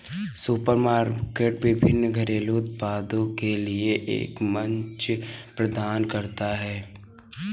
supermarket विभिन्न घरेलू उत्पादों के लिए एक मंच प्रदान करता है